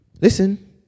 listen